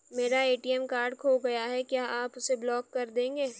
मेरा ATM card खो गया है क्या आप उसे ब्लॉक कर देंगे?